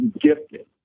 gifted